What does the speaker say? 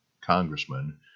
Congressman